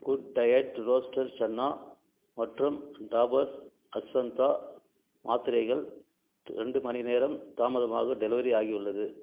good diet roasted chana மற்றும் டாபர் அஷ்வந்தா மாத்திரைகள் ரெண்டு மணி நேரம் தாமதமாக டெலிவெரி ஆகியுள்ளது